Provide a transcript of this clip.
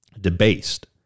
debased